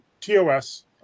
TOS